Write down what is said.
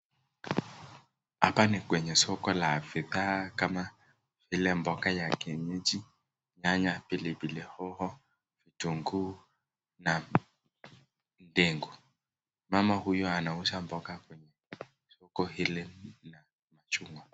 Hapa ni kwenye soko la bidhaa kama vile mboga ya kienyeji, nyanya pilpilihoho, vitunguu na ndengu, mama huyu anauza mboga kwenye soko hili la machungwa.